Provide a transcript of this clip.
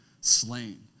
slain